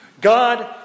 God